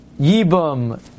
Yibum